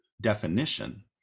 definition